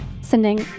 Sending